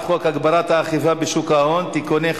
חבר הכנסת אמנון כהן, נא לא להפריע בהצבעה.